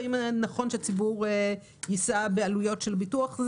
והאם נכון שהציבור יישא בעלויות של ביטוח.